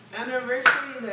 anniversary